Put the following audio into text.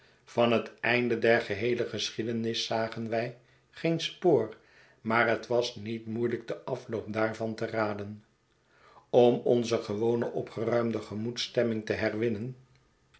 van het einde der geheele geschiedenis zagen wij geen spoor maar het was niet moeielijk den afloop daarvan te raden om onze gewone opgeruimde gemoedsstemming tje herwinnen